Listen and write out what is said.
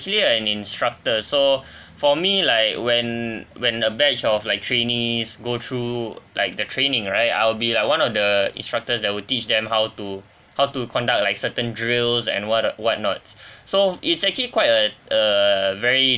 actually an instructor so for me like when when a batch of like trainees go through like the training right I'll be like one of the instructors that will teach them how to how to conduct like certain drills and what what nots so it's actually quite a a very